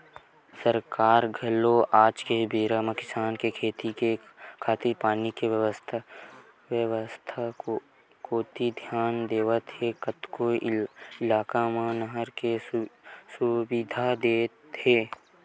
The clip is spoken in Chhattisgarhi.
सरकार घलो आज के बेरा म किसान के खेती करे खातिर पानी के बेवस्था कोती धियान देवत होय कतको इलाका मन म नहर के सुबिधा देत हे